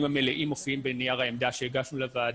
המלאים מופיעים בנייר העמדה שהגשנו לוועדה.